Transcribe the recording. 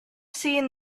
seen